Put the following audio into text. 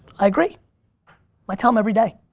i agree i tell them every day.